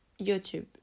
YouTube